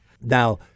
Now